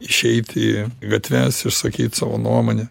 išeit į gatves išsakyt savo nuomonę